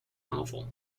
novel